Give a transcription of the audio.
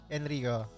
Enrico